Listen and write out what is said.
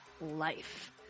life